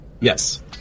Yes